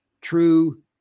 true